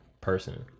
person